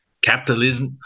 Capitalism